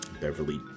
Beverly